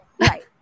Right